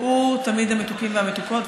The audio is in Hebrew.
הוא תמיד "המתוקים והמתוקות",